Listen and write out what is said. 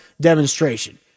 demonstration